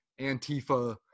Antifa